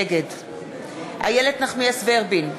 נגד איילת נחמיאס ורבין,